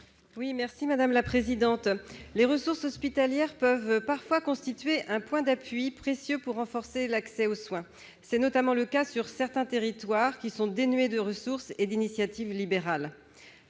à Mme Élisabeth Doineau. Les ressources hospitalières peuvent parfois constituer un point d'appui précieux pour renforcer l'accès aux soins. C'est notamment le cas dans certains territoires dénués de ressources et d'initiatives libérales.